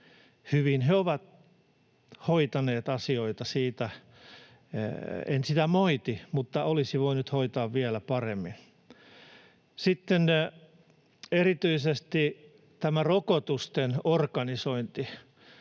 he ovat hoitaneet asioita, en sitä moiti, mutta niitä olisi voinut hoitaa vielä paremmin. Sitten erityisesti tämä rokotusten organisointi: